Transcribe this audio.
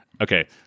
okay